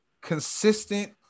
consistent